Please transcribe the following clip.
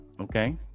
okay